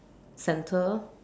centre